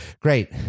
Great